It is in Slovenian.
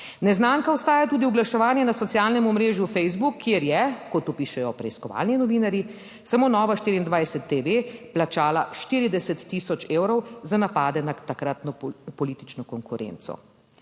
Neznanka ostaja tudi oglaševanje na socialnem omrežju Facebook, kjer je, kot pišejo preiskovalni novinarji, samo Nova24 TV plačala 40 tisoč evrov za napade na takratno politično konkurenco,